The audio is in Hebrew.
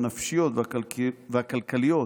הנפשיות והכלכליות,